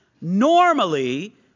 normally